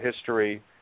history